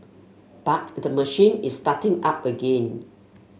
but the machine is starting up again